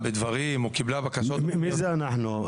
בדברים או קיבלה בקשה --- מי זה אנחנו,